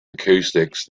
acoustics